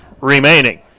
remaining